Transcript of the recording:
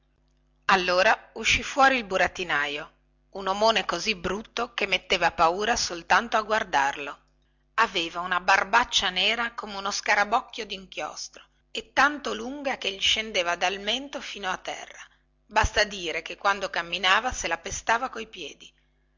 allora uscì fuori il burattinaio un omone così brutto che metteva paura soltanto a guardarlo aveva una barbaccia nera come uno scarabocchio dinchiostro e tanto lunga che gli scendeva dal mento fino a terra basta dire che quando camminava se la pestava coi piedi